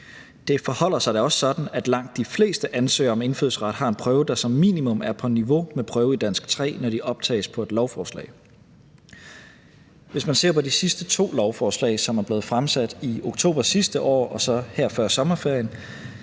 Det forholder sig da også sådan, at langt de fleste ansøgere til indfødsret har bestået en prøve, der som minimum er på niveau med prøve i dansk 3, når de optages på et lovforslag. Hvis man ser på de sidste to lovforslag, som er blevet fremsat henholdsvis i oktober sidste år og her før sommerferien,